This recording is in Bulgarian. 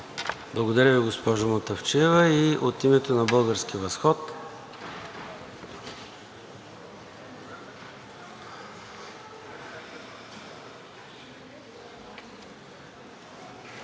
Благодаря Ви, госпожо Мутафчиева. От името на „Български възход“?